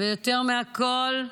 ויותר מכול,